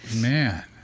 man